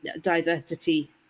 diversity